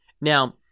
Now